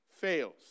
fails